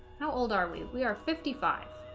now old are we we are fifty five